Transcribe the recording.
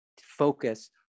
focus